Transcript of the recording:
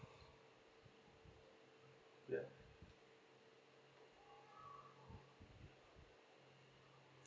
ya